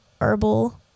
herbal